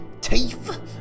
teeth